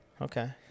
Okay